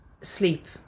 sleep